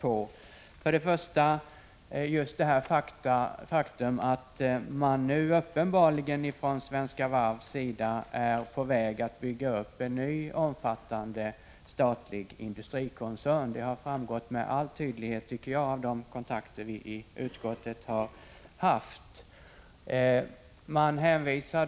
på det faktum att Svenska Varv uppenbarligen är på väg att bygga upp en ny, omfattande statlig industrikoncern. Det har, tycker jag, med all tydlighet framgått vid de kontakter som utskottet har haft.